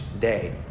day